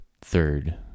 third